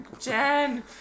Jen